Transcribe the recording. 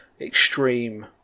extreme